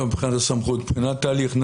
לא מבחינת הסמכות, מבחינת ההליך.